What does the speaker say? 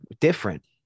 different